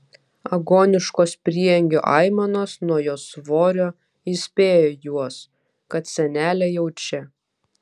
agoniškos prieangio aimanos nuo jos svorio įspėjo juos kad senelė jau čia